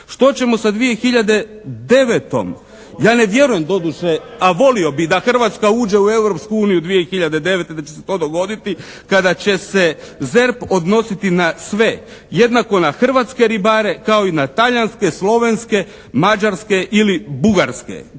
Što ćemo sa 2009.-om? Ja ne vjerujem doduše a volio bih da Hrvatska uđe u Europsku uniju 2009. i da će se to dogoditi kada će se ZERP odnositi na sve. Jednako na hrvatske ribare kao i na talijanske, slovenske, mađarske ili bugarske.